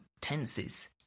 tenses